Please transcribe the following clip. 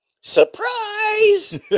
Surprise